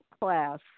class